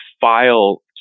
file